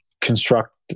construct